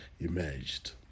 emerged